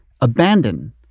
abandon